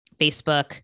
Facebook